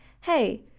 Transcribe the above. hey